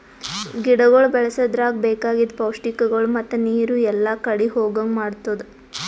ಗಿಡಗೊಳ್ ಬೆಳಸದ್ರಾಗ್ ಬೇಕಾಗಿದ್ ಪೌಷ್ಟಿಕಗೊಳ್ ಮತ್ತ ನೀರು ಎಲ್ಲಾ ಕಡಿ ಹೋಗಂಗ್ ಮಾಡತ್ತುದ್